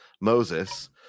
Moses